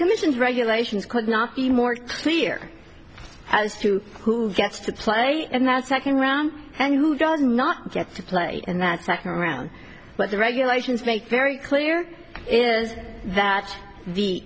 conditions regulations could not be more clear as to who gets to play in that second round and who does not get to play in that sack around but the regulations make very clear is that the